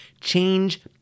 Change